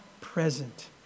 present